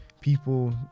people